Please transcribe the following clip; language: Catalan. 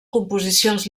composicions